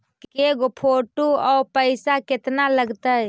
के गो फोटो औ पैसा केतना लगतै?